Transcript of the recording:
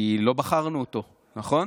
כי לא בחרנו אותו, נכון?